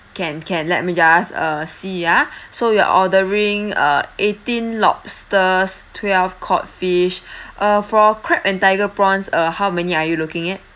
can can let me just uh see ah so you're ordering uh eighteen lobsters twelve cod fish uh for crab and tiger prawns uh how many are you looking at